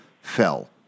fell